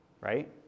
right